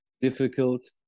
difficult